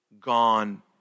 gone